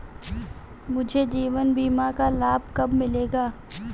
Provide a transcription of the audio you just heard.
मुझे जीवन बीमा का लाभ कब मिलेगा?